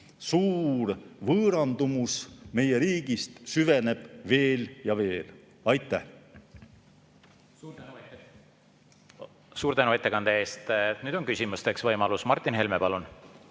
suur võõrandumine meie riigist süveneb veel ja veel. Aitäh! Suur tänu ettekande eest! Nüüd on küsimise võimalus. Martin Helme, palun!